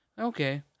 Okay